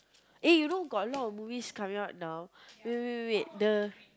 eh you know got a lot of movies coming out now wait wait wait wait the